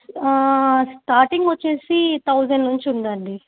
starting వచ్చేసి thousand నుంచి ఉందండి